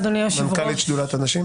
מנכ"לית שדולת הנשים.